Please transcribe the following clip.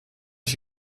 ich